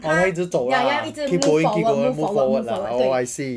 orh 他一直走啦 keep going keep going move forward lah oh I see